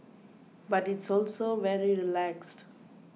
but it's also very relaxed